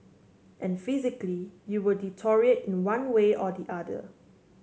and physically you will deteriorate in one way or the other